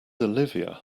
olivia